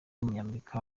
w’umunyamerika